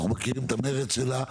אנחנו מכירים את המרץ שלה.